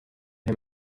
him